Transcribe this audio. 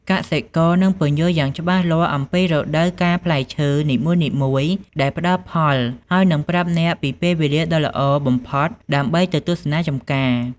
កសិករនឹងពន្យល់យ៉ាងច្បាស់លាស់អំពីរដូវកាលផ្លែឈើនីមួយៗដែលផ្តល់ផល ហើយនឹងប្រាប់អ្នកពីពេលវេលាដ៏ល្អបំផុតដើម្បីទៅទស្សនាចម្ការ។